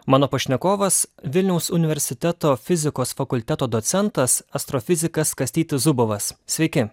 mano pašnekovas vilniaus universiteto fizikos fakulteto docentas astrofizikas kastytis zubovas sveiki